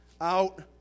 out